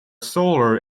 solar